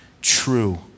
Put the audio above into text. true